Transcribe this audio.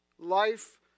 Life